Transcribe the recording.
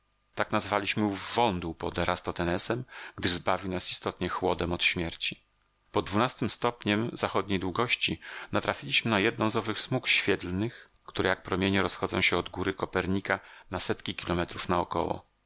tak nazwaliśmy ów wądół pod eratosthenesem gdyż zbawił nas istotnie chłodem od śmierci po dwunastym stopniem zachodniej gości natrafiliśmy na jedną z owych smug świetlnych które jak promienie rozchodzą się od góry kopernika na setki kilometrów naokoło